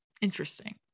Interesting